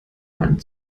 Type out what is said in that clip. mann